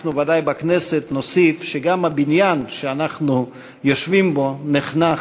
אנחנו ודאי בכנסת נוסיף שגם הבניין שאנחנו יושבים בו נחנך,